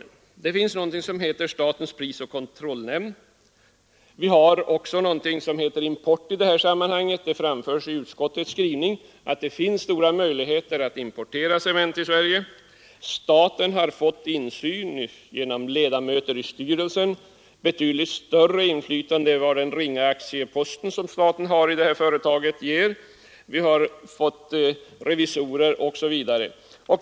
För det första har vi en kontrollmyndighet som heter statens prisoch kartellnämnd. Det finns för det andra stora möjligheter att importera cement till Sverige. Staten har genom ledamöter i styrelsen fått betydligt större insyn och inflytande i företaget än vad den ringa aktiepost som staten har i företaget medger. Staten har fått rätt att utse revisorer, osv.